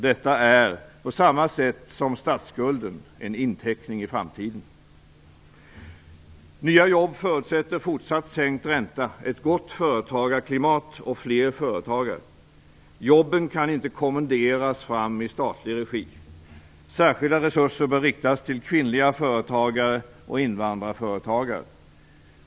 Detta är på samma sätt som statsskulden en inteckning i framtiden. Nya jobb förutsätter fortsatt sänkt ränta, ett gott företagarklimat och fler företagare. Jobben kan inte kommenderas fram i statlig regi. Särskilda resurser bör riktas till kvinnliga företagare och invandrarföretagare.